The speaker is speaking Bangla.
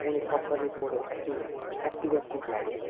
তোমাদের সব কাজেই তোমাদের অ্যাক্টিভ অ্যাক্টিভ অ্যাক্টিভ লাগে